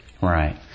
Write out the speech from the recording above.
Right